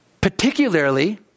particularly